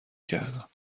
کردم